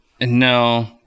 No